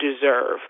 deserve